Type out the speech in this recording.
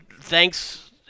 thanks